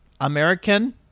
American